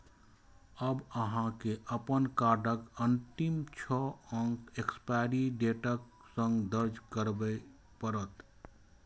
आब अहां के अपन कार्डक अंतिम छह अंक एक्सपायरी डेटक संग दर्ज करय पड़त